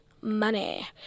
money